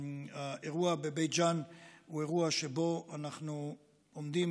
האירוע בבית ג'ן הוא אירוע שבו מצד אחד אנחנו עומדים